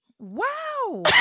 wow